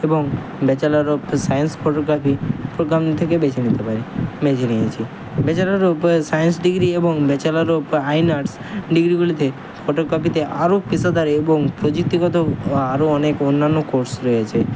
এবং bachelor of science photography programming থেকেই বেছে নিতে পারি বেছে নিয়েছি বেছে নেওয়ার উপরে সায়েন্স ডিগ্রি এবং ব্যাচেলার অফ ফাইন আর্টস ডিগ্রিগুলিতে ফটোগ্রাফিতে আরও পেশাদার এবং প্রযুক্তিগত আরও অনেক অন্যান্য কোর্স রয়েছে